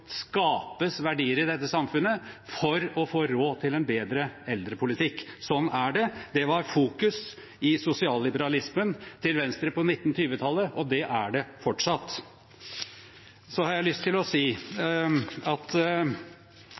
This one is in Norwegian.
skapes verdier i dette samfunnet for å få råd til en bedre eldrepolitikk. Sånn er det. Det var fokus i sosialliberalismen til Venstre på 1920-tallet, og det er det fortsatt. Jeg har lyst til å si at